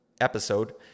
episode